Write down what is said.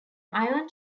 iron